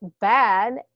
bad